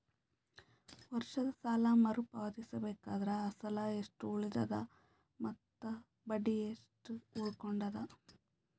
ವರ್ಷದ ಸಾಲಾ ಮರು ಪಾವತಿಸಬೇಕಾದರ ಅಸಲ ಎಷ್ಟ ಉಳದದ ಮತ್ತ ಬಡ್ಡಿ ಎಷ್ಟ ಉಳಕೊಂಡದ?